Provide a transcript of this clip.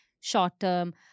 short-term